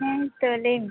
ᱦᱮᱸᱛᱚ ᱞᱟᱹᱭ ᱢᱮ